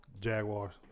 Jaguars